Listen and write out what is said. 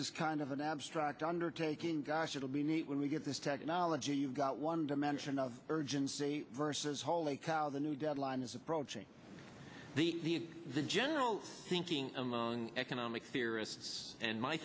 is kind of an abstract undertaking gosh it'll be neat when we get this technology you've got one dimension of urgency versus holy cow the new deadline is approaching the the general thinking among economics sirus and my